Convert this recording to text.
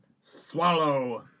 swallow